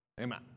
Amen